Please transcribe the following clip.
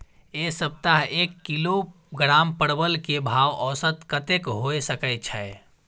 ऐ सप्ताह एक किलोग्राम परवल के भाव औसत कतेक होय सके छै?